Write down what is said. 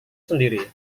sendiri